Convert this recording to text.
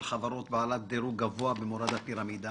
חברות בעלות דירוג גבוה במורד הפירמידה